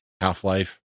Half-Life